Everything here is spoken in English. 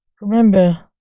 Remember